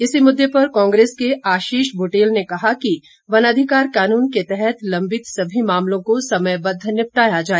इसी मुद्दे पर कांग्रेस के आशीष बुटेल ने कहा कि वनाधिकार कानून के तहत लंबित सभी मामलों को समयबद्ध निपटाया जाए